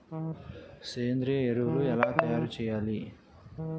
సేంద్రీయ ఎరువులు ఎలా తయారు చేయాలి?